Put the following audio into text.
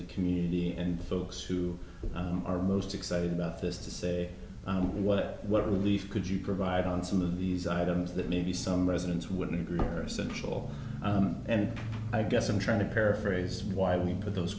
the community and the folks who are most excited about this to say what what relief could you provide on some of these items that maybe some residents wouldn't agree are essential and i guess i'm trying to paraphrase why we put those